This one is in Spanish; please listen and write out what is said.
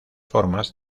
formas